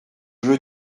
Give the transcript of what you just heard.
veux